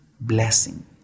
blessing